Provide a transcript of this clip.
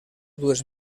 dues